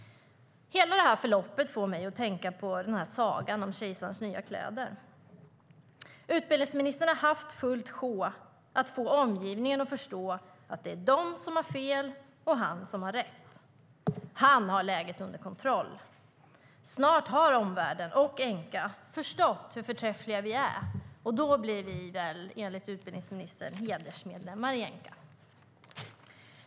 Hela förloppet får mig att tänka på sagan om kejsarens nya kläder. Utbildningsministern har haft fullt sjå med att få omgivningen att förstå att det är de som har fel och han som har rätt: Han har läget under kontroll. Snart har omvärlden och Enqa förstått hur förträffliga vi är, och då blir vi väl - enligt utbildningsministern - hedersmedlemmar i Enqa.